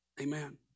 Amen